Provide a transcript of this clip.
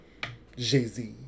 Jay-Z